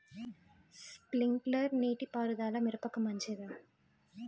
Sprinkler నీటిపారుదల మిరపకు మంచిదా?